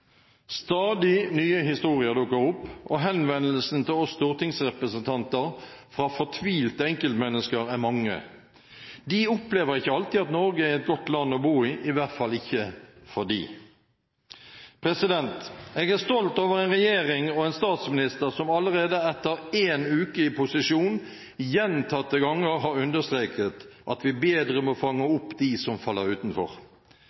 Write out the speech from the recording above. Stadig nye historier dukker opp, og henvendelsene til oss stortingsrepresentanter fra fortvilte enkeltmennesker er mange. De opplever ikke alltid at Norge er et godt land å bo i, i hvert fall ikke for dem. Jeg er stolt over en regjering og en statsminister som allerede etter én uke i posisjon gjentatte ganger har understreket at vi bedre må fange opp dem som faller utenfor.